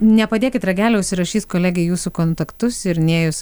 nepadėkit ragelio užsirašys kolegė jūsų kontaktus ir nėjus